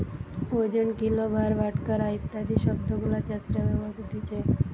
ওজন, কিলো, ভার, বাটখারা ইত্যাদি শব্দ গুলা চাষীরা ব্যবহার করতিছে